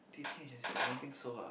dating agency I don't think so ah